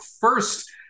first